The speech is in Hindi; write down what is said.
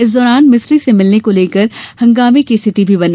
इस दौरान मिस्त्री से मिलने को लेकर हंगामाई स्थिति भी बनी